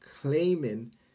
claiming